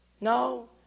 No